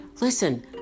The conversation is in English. Listen